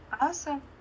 awesome